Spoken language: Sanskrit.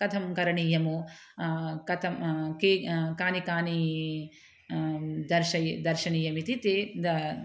कथं करणीयम् कथं के कानि कानि दर्शये दर्शनीयमिति ते द